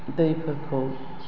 दैफोरखौ